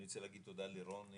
אני רוצה להגיד תודה לרוני,